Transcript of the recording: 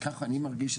ככה אני מרגיש.